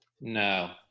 no